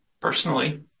personally